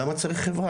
למה צריך חברה?